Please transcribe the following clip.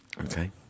Okay